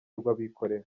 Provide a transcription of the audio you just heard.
rw’abikorera